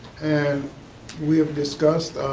and we have discussed